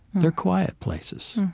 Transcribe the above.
they're quiet places?